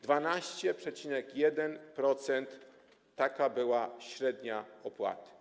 12,1% - taka była średnia opłata.